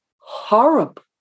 horrible